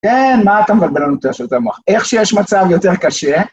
כן, מה אתה מבלבל לנו את המוח? איך שיש מצב יותר קשה...